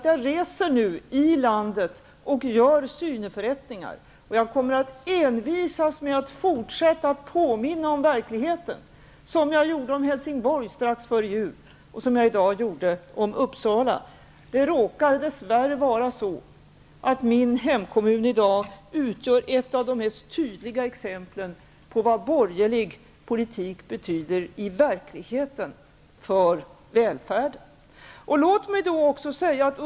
Jag reser nu i landet och gör syneförrättningar. Jag kommer att envisas med att fortsätta att påminna om verkligheten, som jag gjorde om Helsingborg strax före jul och som jag gjorde i dag om Uppsala. Det råkar dess värre vara så att min hemkommun i dag utgör ett av de mest tydliga exemplen på vad borgerlig politik i verkligheten betyder för välfärden.